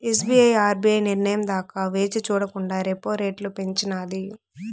SBI RBI నిర్నయం దాకా వేచిచూడకండా రెపో రెట్లు పెంచినాది